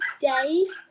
days